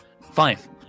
Five